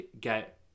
get